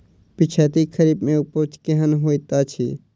पिछैती खरीफ मे उपज केहन होइत अछि?